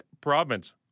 province